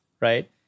Right